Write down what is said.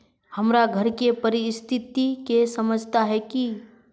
हमर घर के परिस्थिति के समझता है की?